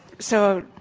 so,